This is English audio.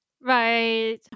Right